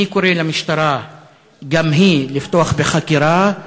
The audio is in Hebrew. אני קורא למשטרה גם היא לפתוח בחקירה.